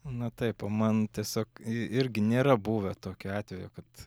na taip man tiesiog irgi nėra buvę tokio atvejo kad